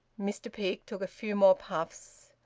mr peake took a few more puffs.